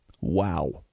Wow